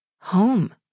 home